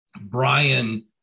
Brian